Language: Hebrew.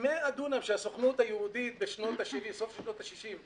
מ-100 דונם, שהסוכנות היהודית בסוף שנות ה-60'